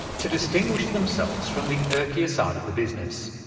to distinguish themselves from the erkier side of the business.